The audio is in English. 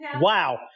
Wow